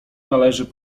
należy